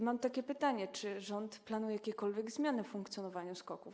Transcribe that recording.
Mam takie pytanie: Czy rząd planuje jakiekolwiek zmiany w funkcjonowaniu SKOK-ów?